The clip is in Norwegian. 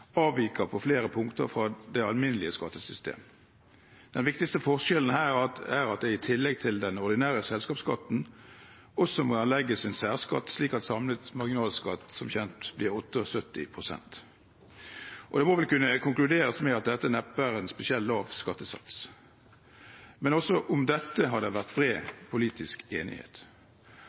avviker på flere punkter fra det alminnelige skattesystemet. Den viktigste forskjellen her er at det i tillegg til den ordinære selskapsskatten også må erlegges en særskatt, slik at samlet marginalskatt som kjent blir 78 pst. Det må vel kunne konkluderes med at dette neppe er en spesielt lav skattesats, men også om dette har det vært bred politisk enighet.